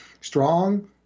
strong